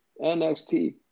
NXT